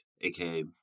aka